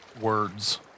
words